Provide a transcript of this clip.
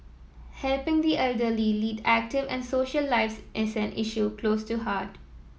helping the elderly lead active and social lives is an issue close to heart